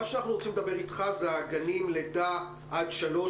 מה שאנחנו רוצים לדבר אתך זה על הגנים מגיל לידה עד שלוש,